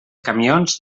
camions